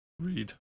Read